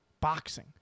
Boxing